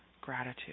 gratitude